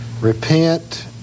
repent